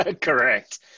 Correct